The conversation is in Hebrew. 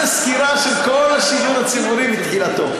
סקירה של כל השידור הציבור מתחילתו.